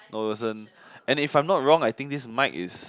I wasn't and if I'm not wrong I think this mike is